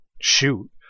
shoot